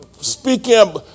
speaking